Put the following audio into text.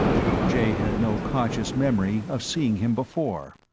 though jay had no conscious memory of seeing him before.